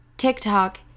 tiktok